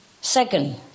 Second